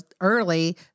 early